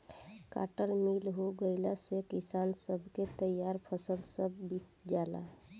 cotton mill हो गईला से किसान सब के तईयार फसल सब बिका जाला